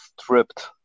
Stripped